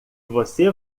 você